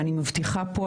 ואני מבטיחה פה,